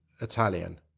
Italian